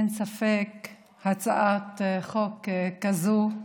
אין ספק שהצעת חוק כזאת,